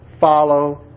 Follow